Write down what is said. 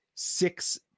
Six